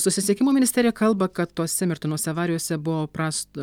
susisiekimo ministerija kalba kad tose mirtinose avarijose buvo prast